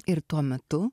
ir tuo metu